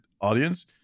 audience